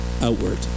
outward